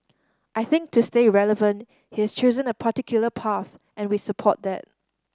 I think to stay relevant he's chosen a particular path and we support that